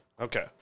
Okay